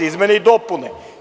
Izmene i dopune.